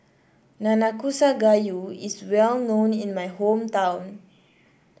Nanakusa Gayu is well known in my hometown